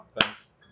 thanks